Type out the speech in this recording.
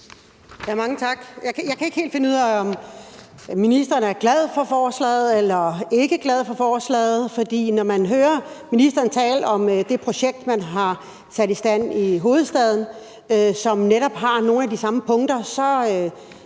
Jeg kan ikke helt finde ud af, om ministeren er glad for forslaget, eller om han ikke er glad for forslaget, for når jeg hører ministeren tale om det projekt, man har sat i værk i hovedstaden, og som netop har nogle af de samme punkter,